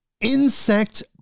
insect